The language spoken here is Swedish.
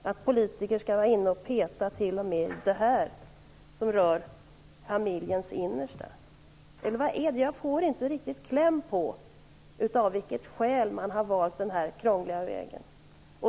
Skall politiker vara inne och peta t.o.m. i det här, som rör familjens innersta? Eller vad är det fråga om? Jag får inte riktigt kläm på av vilket skäl som man har valt den här krångliga vägen.